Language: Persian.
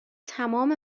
تمام